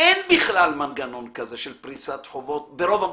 אין בכלל מנגנון כזה של פריסת חובות ברוב המקומות,